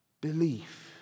belief